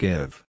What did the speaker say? Give